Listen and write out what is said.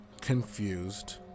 Confused